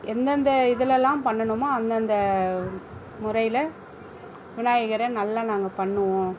எந்தெந்த இதுலெல்லாம் பண்ணணுமோ அந்தந்த முறையில் விநாயகரை நல்லா நாங்கள் பண்ணுவோம்